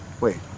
Wait